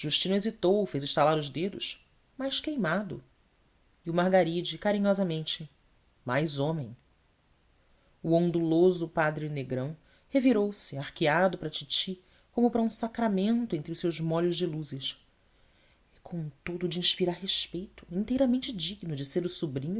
hesitou fez estalar os dedos mais queimado e o margaride carinhosamente mais homem o onduloso padre negrão revirou se arqueado para a titi como para um sacramento entre os seus molhos de luzes e com um todo de inspirar respeito inteiramente digno de ser o sobrinho